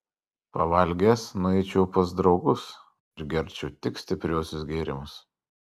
pavalgęs nueičiau pas draugus ir gerčiau tik stipriuosius gėrimus